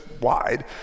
wide